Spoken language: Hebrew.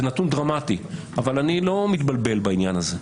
זה נתון דרמטי אבל אני לא מתבלבל בעניין הזה.